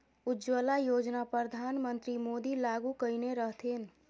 उज्जवला योजना परधान मन्त्री मोदी लागू कएने रहथिन